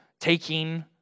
taking